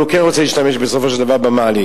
אבל הוא כן רוצה להשתמש בסופו של דבר במעלית.